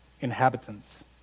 inhabitants